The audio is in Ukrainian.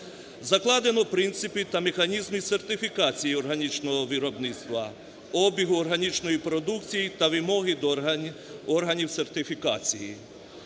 закладено принципи та механізми сертифікації органічного виробництва, обігу органічної продукції та вимоги до органів сертифікації;